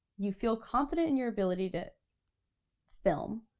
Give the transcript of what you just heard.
you feel confident in your ability to film